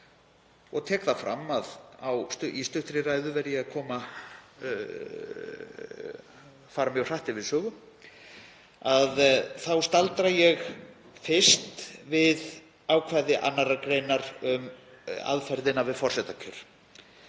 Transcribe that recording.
og tek það fram að í stuttri ræðu verð ég að fara mjög hratt yfir sögu, þá staldra ég fyrst við ákvæði 2. gr. um aðferðina við forsetakjör.